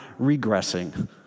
regressing